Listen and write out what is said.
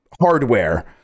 hardware